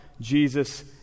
Jesus